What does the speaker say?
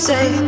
Say